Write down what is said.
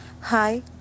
Hi